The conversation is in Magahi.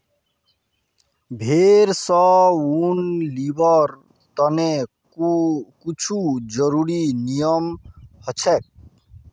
भेड़ स ऊन लीबिर तने कुछू ज़रुरी नियम हछेक